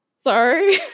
sorry